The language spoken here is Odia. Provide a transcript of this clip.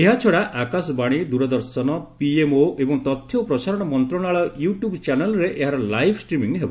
ଏହାଛଡ଼ା ଆକାଶବାଣୀ ଦୂରଦର୍ଶନ ପିଏମ୍ଓ ଏବଂ ତଥ୍ୟ ଓ ପ୍ରସାରଣ ମନ୍ତ୍ରଶାଳୟ ୟୁ ଟ୍ୟୁବ୍ ଚ୍ୟାନେଲ୍ରେ ଏହାର ଲାଇଭ୍ ଷ୍ଟ୍ରିମିଙ୍ଗ୍ ହେବ